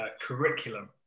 curriculum